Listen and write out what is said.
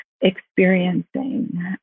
experiencing